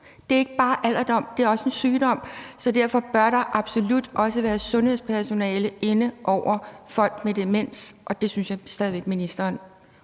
Det er ikke bare alderdom, det er også en sygdom, så derfor bør der absolut også være sundhedspersonale inde over folk med demens. Det synes jeg stadig væk overhovedet